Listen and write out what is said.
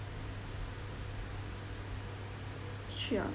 sure